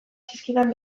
zizkidan